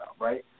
right